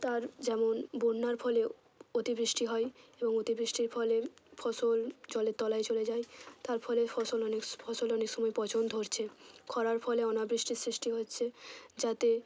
তার যেমন বন্যার ফলে অতিবৃষ্টি হয় এবং অতিবৃষ্টির ফলে ফসল জলের তলায় চলে যায় তার ফলে ফসল অনেক ফসল অনেক সময় পচন ধরছে ক্ষরার ফলে অনাবৃষ্টির সৃষ্টি হচ্ছে যাতে